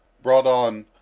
brought on,